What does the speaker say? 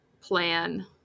plan